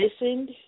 listened